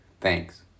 Thanks